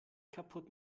kaputt